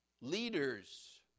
Leaders